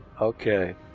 Okay